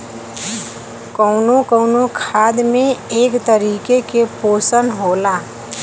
कउनो कउनो खाद में एक तरीके के पोशन होला